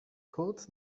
kurz